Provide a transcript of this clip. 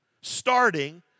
starting